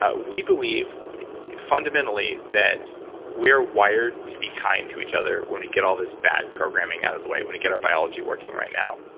ah we believe fundamentally that we're wired to be kind to each other when we get all this bad programming out of the way, when we our biology working right now.